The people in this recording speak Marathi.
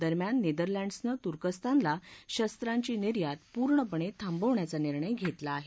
दरम्यान नेदरलँड्सनं तुर्कस्तानला शस्त्रांची निर्यात पूर्णपणे थांबवण्याचा निर्णय घेतला आहे